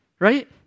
Right